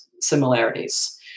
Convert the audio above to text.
similarities